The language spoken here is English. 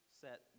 set